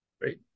Great